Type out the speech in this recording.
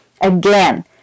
Again